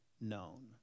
known